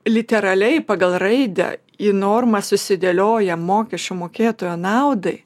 literaliai pagal raidę į normą susidėlioja mokesčių mokėtojo naudai